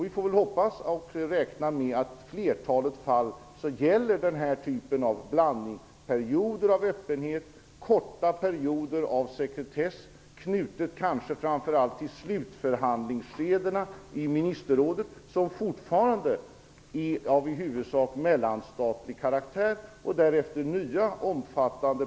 Vi får väl hoppas att det i flertalet fall blir en blandning av omfattande perioder av öppenhet och korta perioder av sekretess, de senare kanske framför allt knutna till slutförhandlingsskedena i ministerrådet, som fortfarande har i huvudsak mellanstatlig karaktär.